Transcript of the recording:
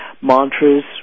Mantras